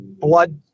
blood